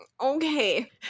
okay